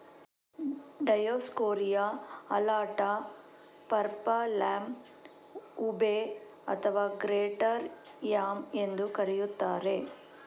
Dioscorea alata, purple yam, ube ಅಥವಾ greater yam ಎಂದೂ ಕರೆಯುತ್ತಾರೆ